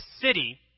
city